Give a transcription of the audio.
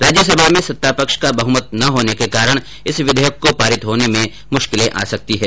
राज्यसभा में सत्तापक्ष का बहमत न होने के कारण इस विधेयक को पारित होने में मुश्किलें आ सकती हैं